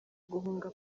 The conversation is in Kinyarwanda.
guhunga